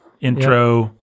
intro